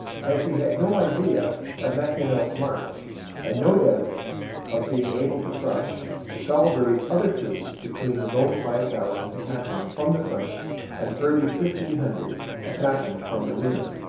as he had no idea of macdonell's march and no doubt of being able to crush de salaberry's other troops between his own five thousand attacking from the front and purdy's fifteen hundred attacking from the rear.